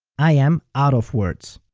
i am out of words.